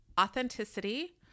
authenticity